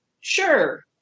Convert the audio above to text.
sure